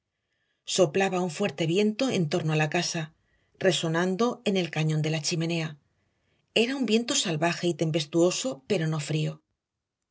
soplaba un fuerte viento en torno a la casa resonando en el cañón de la chimenea era un viento salvaje y tempestuoso pero no frío